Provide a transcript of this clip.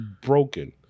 broken